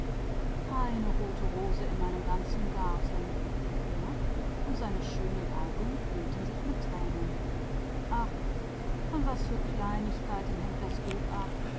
keine rote rose in meinem ganzen garten rief er und seine schönen augen waren voll tränen ach an was für kleinen dingen das glück